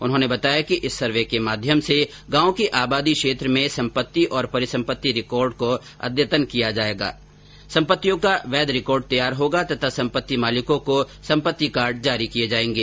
उन्होंने बताया कि इस सर्वे के माध्यम से गांवों की आबादी क्षेत्र में सम्पत्ति एवं परिसम्पत्ति रिकॉर्ड को अद्यतन किया जा सकेगा सम्पत्तियों का वैध रिकार्ड तैयार होगा तथा सम्पत्ति मालिकों को सम्पत्ति कार्ड जारी किये जायेंगे